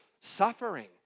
suffering